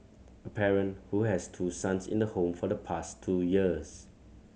a parent who has two sons in the home for the past two years